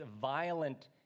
violent